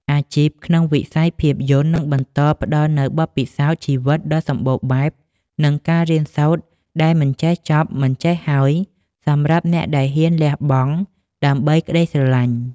អាជីពក្នុងវិស័យភាពយន្តនឹងបន្តផ្ដល់នូវបទពិសោធន៍ជីវិតដ៏សម្បូរបែប និងការរៀនសូត្រដែលមិនចេះចប់មិនចេះហើយសម្រាប់អ្នកដែលហ៊ានលះបង់ដើម្បីក្ដីស្រឡាញ់។